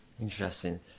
Interesting